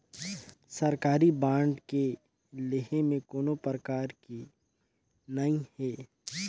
सरकारी बांड के लेहे में कोनो परकार के नइ हे